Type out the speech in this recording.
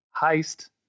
heist